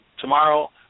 tomorrow